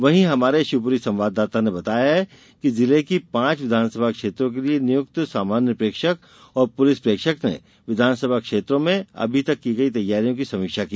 वहीं हमारे शिवपुरी संवाददाता ने बताया कि जिले की पांच विधानसभा क्षेत्रों के लिये नियुक्त सामान्य प्रेक्षक और पुलिस प्रैक्षक ने विधानसभा क्षेत्रों में अभी तक की गयी तैयारियों की समीक्षा की